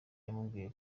yamubwiye